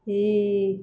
जि